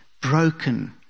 broken